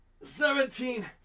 seventeen